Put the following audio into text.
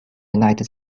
united